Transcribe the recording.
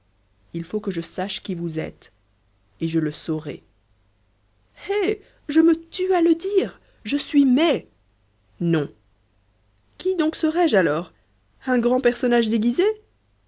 il faut que je sache qui vous êtes et je le saurai eh je me tue à le dire je suis mai non qui donc serais-je alors un grand personnage déguisé